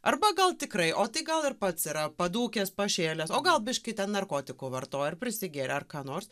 arba gal tikrai o tai gal ir pats yra padūkęs pašėlęs o gal biškį ten narkotikų vartojo ar prisigėrė ar ką nors